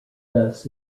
thus